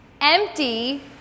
empty